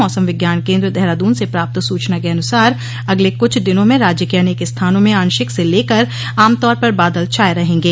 मौसम विज्ञान केंद्र देहरादून से प्राप्त सुचना के अनुसार अगले कुछ दिनों में राज्य के अनेक स्थानों में आशिक से लेकर आमर्तोर पर बादल छाए रहेंगे